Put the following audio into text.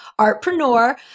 Artpreneur